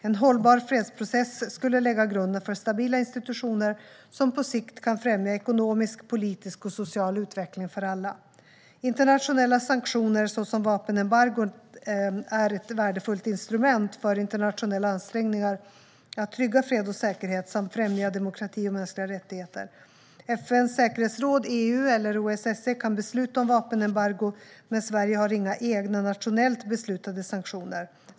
En hållbar fredsprocess skulle lägga grunden för stabila institutioner som på sikt kan främja ekonomisk, politisk och social utveckling för alla. Internationella sanktioner såsom vapenembargon är ett värdefullt instrument för internationella ansträngningar att trygga fred och säkerhet samt främja demokrati och mänskliga rättigheter. FN:s säkerhetsråd, EU eller OSSE kan besluta om vapenembargo, men Sverige har inga egna nationellt beslutade sanktioner.